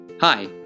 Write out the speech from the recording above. Hi